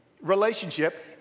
relationship